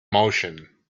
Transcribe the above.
motion